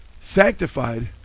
sanctified